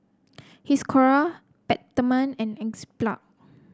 Hiruscar Peptamen and